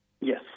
Yes